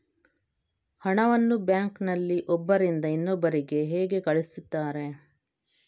ಹಣವನ್ನು ಬ್ಯಾಂಕ್ ನಲ್ಲಿ ಒಬ್ಬರಿಂದ ಇನ್ನೊಬ್ಬರಿಗೆ ಹೇಗೆ ಕಳುಹಿಸುತ್ತಾರೆ?